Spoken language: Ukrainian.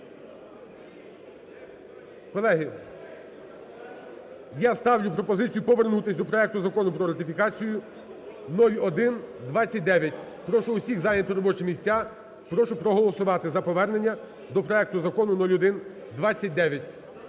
Колеги, я ставлю пропозицію повернутися до проекту Закону про ратифікацію 0129. Прошу всіх зайняти робочі місця, прошу проголосувати за повернення до проекту закону 0129.